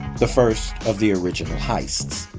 the first of the original heists.